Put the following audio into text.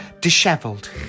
dishevelled